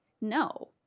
no